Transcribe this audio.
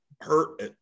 hurt